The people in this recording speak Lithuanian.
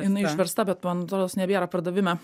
jinai išversta bet man rodos nebėra pardavime